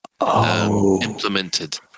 implemented